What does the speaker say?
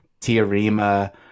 Tiarima –